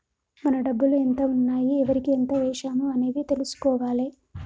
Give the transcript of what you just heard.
మన డబ్బులు ఎంత ఉన్నాయి ఎవరికి ఎంత వేశాము అనేది తెలుసుకోవాలే